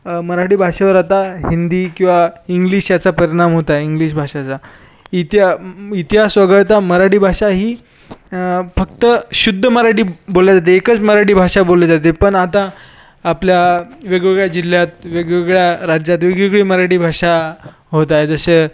मराठी भाषेवर आता हिंदी किंवा इंग्लिश याचा परिणाम होत आहे इंग्लिश भाषेचा इति इतिहास वगळता मराठी भाषा ही फक्त शुद्ध मराठी बोलली जाते एकच मराठी भाषा बोलली जाते पण आता आपल्या वेगवेगळ्या जिल्ह्यात वेगवेगळ्या राज्यात वेगवेगळी मराठी भाषा होत आहे जसे